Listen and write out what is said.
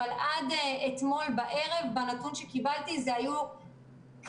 אבל עד אתמול בערב הנתון שקיבלתי קרוב